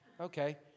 Okay